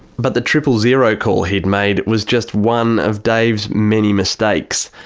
but the triple zero call he'd made was just one of dave's many mistakes.